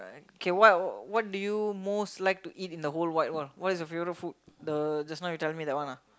K what what do you most like to eat in the whole wide world what's your favorite food the just now you tell me that one ah